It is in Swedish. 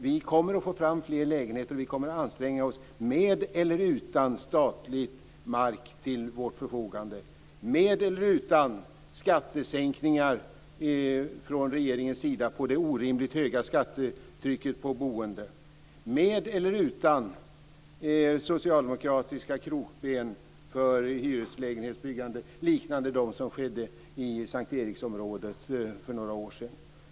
Vi kommer att få fram fler lägenheter, och vi kommer att anstränga oss med eller utan statlig mark till vårt förfogande, med eller utan skattesänkningar från regeringens sida på det orimligt höga skattetrycket på boendet och med eller utan socialdemokratiska krokben för hyreslägenhetsbyggandet liknande dem som skedde i S:t Eriksområdet för några år sedan.